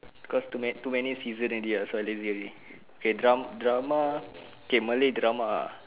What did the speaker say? cause too many too many seasons already so I lazy already okay dra~ drama malay drama